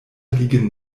liegen